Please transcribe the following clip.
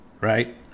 right